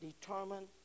determine